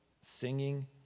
singing